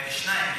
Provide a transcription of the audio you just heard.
שניים,